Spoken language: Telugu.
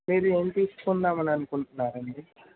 మీరు ఏం తీసుకుందామని అనుకుంటున్నారండి